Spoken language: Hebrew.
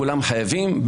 כולם חייבים בה,